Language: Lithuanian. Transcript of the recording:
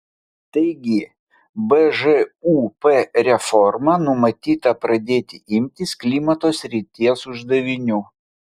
taigi bžūp reforma numatyta pradėti imtis klimato srities uždavinių